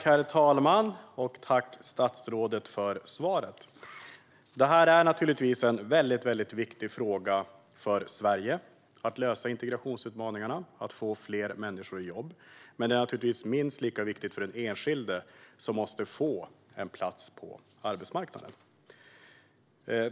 Herr talman! Tack, statsrådet, för svaret! Det är väldigt viktigt för Sverige att man löser integrationsutmaningarna och får fler människor i jobb. Men det är minst lika viktigt för den enskilde, som måste få en plats på arbetsmarknaden.